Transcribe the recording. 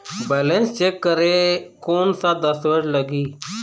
Balance check करें कोन सा दस्तावेज लगी?